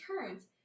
turns